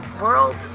world